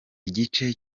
igice